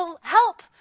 help